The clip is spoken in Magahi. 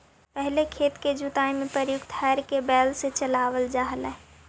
पहिले खेत के जुताई में प्रयुक्त हर के बैल से चलावल जा हलइ